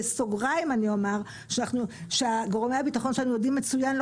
בסוגריים אני אומר שגורמי הביטחון שלנו יודעים מצוין לא